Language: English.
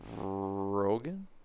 Rogan